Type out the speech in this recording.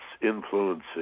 influencing